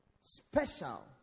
special